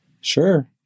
sure